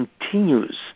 continues